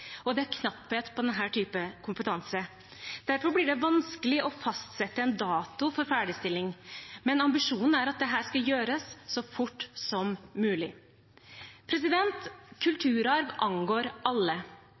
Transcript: og det er knapphet på denne typen kompetanse. Derfor blir det vanskelig å fastsette en dato for ferdigstillelse, men ambisjonen er at dette skal gjøres så fort som mulig. Kulturarv angår alle.